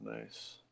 Nice